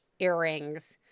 Earrings